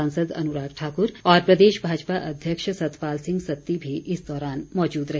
सांसद अनुराग ठाकुर और प्रदेश भाजपा अध्यक्ष सतपाल सिंह सत्ती भी इस दौरान मौजूद रहे